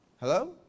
Hello